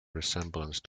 resemblance